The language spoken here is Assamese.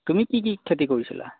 তুমি কি কি খেতি কৰিছিলা